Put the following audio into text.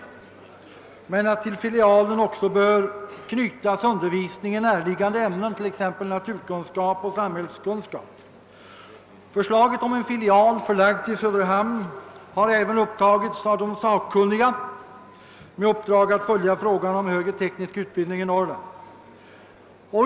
Det framhålles också att till filialen bör knytas undervisning i näraliggande ämnen, t.ex. naturkunskap och samhällskunskap. Förslaget om en filial förlagd till Söderhamn har även upptagits av de sakkunniga som har i uppdrag att följa frågan om högre teknisk utbildning i Norrland.